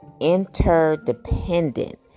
interdependent